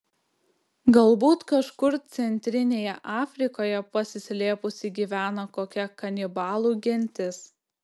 galbūt kažkur centrinėje afrikoje pasislėpusi gyvena kokia kanibalų gentis